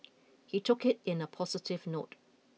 he took it in a positive note